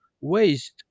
waste